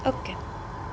okay